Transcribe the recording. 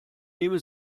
nehme